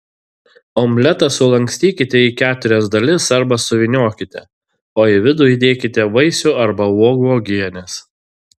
omletą sulankstykite į keturias dalis arba suvyniokite o į vidų įdėkite vaisių arba uogų uogienės